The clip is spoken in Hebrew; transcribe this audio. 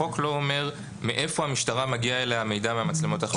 החוק לא אומר מאיפה מגיע המידע מהמצלמות למשטרה.